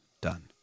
done